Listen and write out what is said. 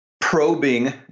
probing